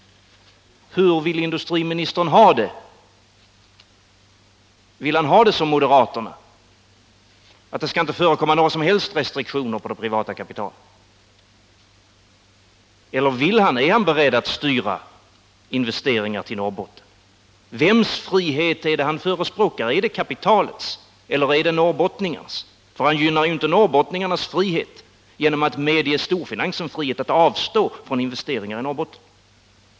Hur vill industriministern ha det? Vill han ha det som moderaterna: att det inte skall förekomma några som helst restriktioner när det gäller det privata kapitalet, eller är han beredd att styra investeringar till Norrbotten? Vems frihet förespråkar han? Är det kapitalets eller norrbottningarnas? Han gynnar ju inte norrbottningarnas frihet genom att ge storfinansen frihet att avstå från investeringar i Norrbotten.